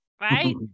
right